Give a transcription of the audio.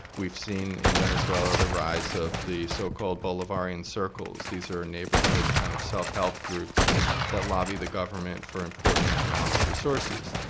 we've seen in venezuela the rise of the so-called bolivarian circles. these are neighbourhood kind of self-help groups that lobby the government for important economic resources.